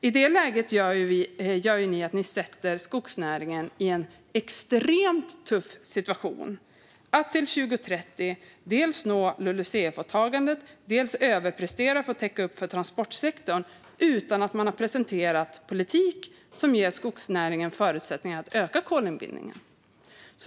I det läget sätter ni skogsnäringen i en extremt tuff situation - att till 2030 dels nå LULUCF-åtagandet, dels överprestera för att täcka upp för transportsektorn - utan att ni har presenterat politik som ger skogsnäringen förutsättningar att öka kolinbindningen.